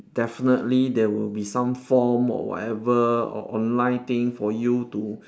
definitely there will be some form or whatever or online thing for you to